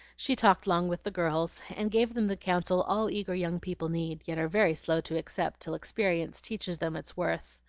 she talked long with the girls, and gave them the counsel all eager young people need, yet are very slow to accept till experience teaches them its worth.